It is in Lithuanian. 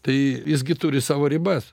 tai jisgi turi savo ribas